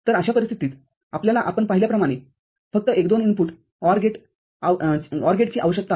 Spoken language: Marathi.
तर अशा परिस्थितीत आपल्याला आपण पाहिल्याप्रमाणे फक्त एक दोन इनपुट OR गेटचीआवश्यकता आहे